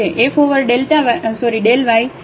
f over ∇ y